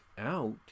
out